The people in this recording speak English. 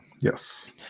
Yes